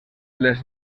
les